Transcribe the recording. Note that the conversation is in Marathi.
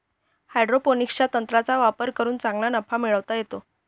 हायड्रोपोनिक्सच्या तंत्राचा वापर करून चांगला नफा मिळवता येतो